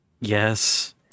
Yes